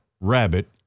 rabbit